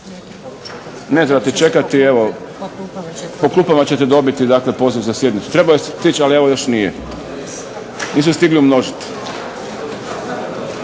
Ne trebate čekati, po klupama ćete dobiti, dakle poziv za sjednicu. Trebao je stići, ali evo još nije. Nisu stigli umnožiti.